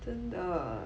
真的